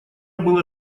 было